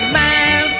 man